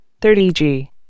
30G